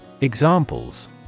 Examples